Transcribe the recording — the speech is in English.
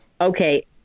Okay